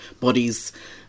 bodies